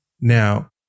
Now